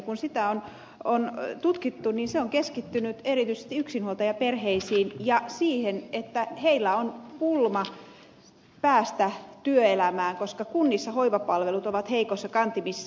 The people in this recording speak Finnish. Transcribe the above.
kun sitä on tutkittu niin se on keskittynyt erityisesti yksinhuoltajaperheisiin ja siihen että heillä on pulma päästä työelämään koska kunnissa hoivapalvelut ovat heikoissa kantimissa